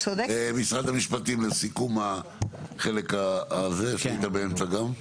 משרד המשפטים, לסיכום החלק הזה, היית באמצע גם.